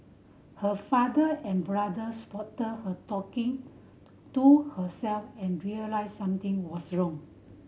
her father and brother spotted her talking to herself and realised something was wrong